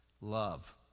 Love